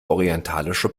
orientalische